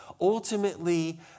Ultimately